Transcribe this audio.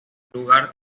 lugar